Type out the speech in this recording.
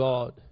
God